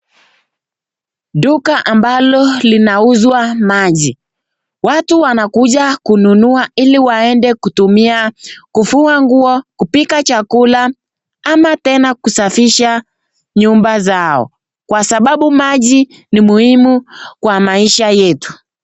Duka ambalo linauzwa maji, watu wanakuja kununua ili waende kutumia kufua nguo, kupika chakula ama tena kusafisha nyumba zao kwa sababu maji ni muhimu kwa maisha yetu.